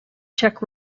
czech